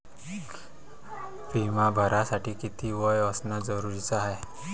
बिमा भरासाठी किती वय असनं जरुरीच हाय?